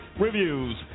reviews